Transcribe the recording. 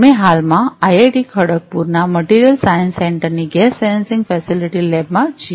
અમે હાલમાં આઈઆઈટી ખડગપુરના મટિરીયલ સાયન્સ સેન્ટરની ગેસ સેન્સિંગ ફેસિલિટી લેબમાં છીએ